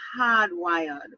hardwired